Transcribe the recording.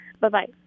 Bye-bye